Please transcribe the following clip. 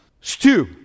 stew